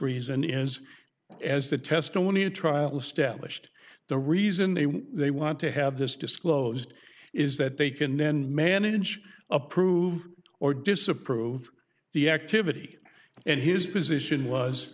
reason is as the testimony a trial established the reason they want they want to have this disclosed is that they can then manage approve or disapprove the activity and his position was